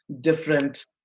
different